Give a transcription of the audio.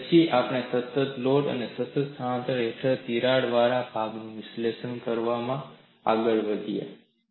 પછી આપણે સતત લોડ અને સતત સ્થાનાંતરણ હેઠળ તિરાડવાળા ભાગનું વિશ્લેષણ કરવા આગળ વધ્યાં